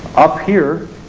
up here,